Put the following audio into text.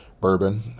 bourbon